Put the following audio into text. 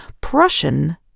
Prussian